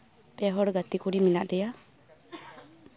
ᱯᱮ ᱦᱚᱲ ᱜᱟᱛᱮ ᱠᱩᱲᱤ ᱢᱮᱱᱟᱜ ᱞᱮᱭᱟ